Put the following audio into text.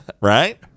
Right